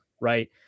Right